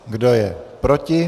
Kdo je proti?